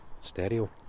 stereo